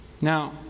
Now